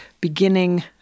beginning